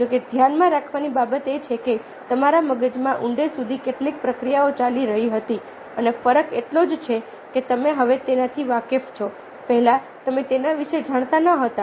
જો કે ધ્યાનમાં રાખવાની બાબત એ છે કે તમારા મગજમાં ઊંડે સુધી કેટલીક પ્રક્રિયાઓ ચાલી રહી હતી અને ફરક એટલો જ છે કે તમે હવે તેનાથી વાકેફ છો પહેલા તમે તેના વિશે જાણતા ન હતા